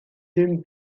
ddim